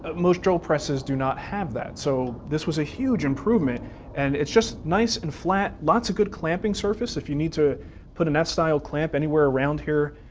ah most drill presses do not have that, so this was a huge improvement and it's just nice and flat, lots of good clamping surface if you need to put an ah f-style clamp anywhere around here.